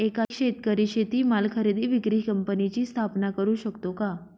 एक शेतकरी शेतीमाल खरेदी विक्री कंपनीची स्थापना करु शकतो का?